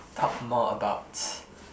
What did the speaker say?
talk more about